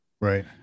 right